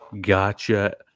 Gotcha